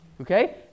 Okay